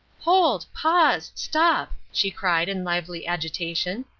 hold! pause! stop! she cried, in lively agitation.